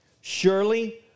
Surely